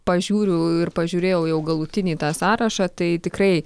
pažiūriu ir pažiūrėjau jau galutinį tą sąrašą tai tikrai